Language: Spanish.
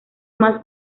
más